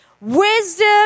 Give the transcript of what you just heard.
Wisdom